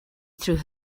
through